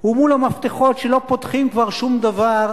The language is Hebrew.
ומול המפתחות שכבר לא פותחים שום דבר,